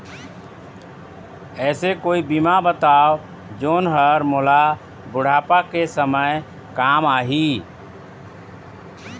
ऐसे कोई बीमा बताव जोन हर मोला बुढ़ापा के समय काम आही?